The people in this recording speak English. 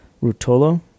Rutolo